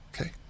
Okay